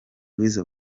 weasel